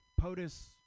POTUS